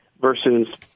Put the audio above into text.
versus